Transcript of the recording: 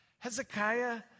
Hezekiah